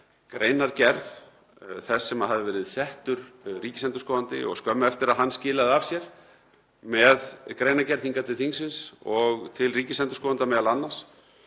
greinargerð þess sem hafði verið settur ríkisendurskoðandi. Skömmu eftir að hann skilaði af sér með greinargerð hingað til þingsins og til ríkisendurskoðanda m.a.